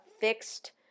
fixed